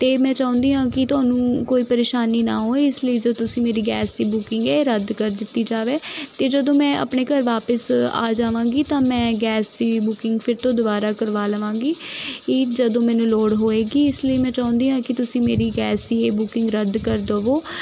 ਅਤੇ ਮੈਂ ਚਾਹੁੰਦੀ ਹਾਂ ਕਿ ਤੁਹਾਨੂੰ ਕੋਈ ਪਰੇਸ਼ਾਨੀ ਨਾ ਹੋਏ ਇਸ ਲਈ ਜੋ ਤੁਸੀਂ ਮੇਰੀ ਗੈਸ ਦੀ ਬੁਕਿੰਗ ਹੈ ਰੱਦ ਕਰ ਦਿੱਤੀ ਜਾਵੇ ਅਤੇ ਜਦੋਂ ਮੈਂ ਆਪਣੇ ਘਰ ਵਾਪਸ ਆ ਜਾਵਾਂਗੀ ਤਾਂ ਮੈਂ ਗੈਸ ਦੀ ਬੁਕਿੰਗ ਫਿਰ ਤੋਂ ਦੁਬਾਰਾ ਕਰਵਾ ਲਵਾਂਗੀ ਇਹ ਜਦੋਂ ਮੈਨੂੰ ਲੋੜ ਹੋਏਗੀ ਇਸ ਲਈ ਮੈਂ ਚਾਹੁੰਦੀ ਹਾਂ ਕਿ ਤੁਸੀਂ ਮੇਰੀ ਗੈਸ ਦੀ ਇਹ ਬੁਕਿੰਗ ਰੱਦ ਕਰ ਦੇਵੋ